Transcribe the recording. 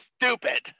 Stupid